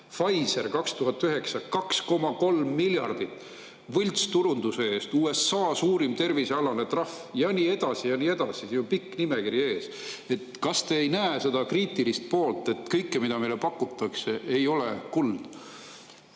2009. aastal 2,3 miljardit võltsturunduse eest – USA suurim tervise [valdkonna] trahv. Ja nii edasi ja nii edasi, siin on pikk nimekiri ees. Nii et kas te ei näe seda kriitilist poolt, et kõik, mida meile pakutakse, ei ole kuld?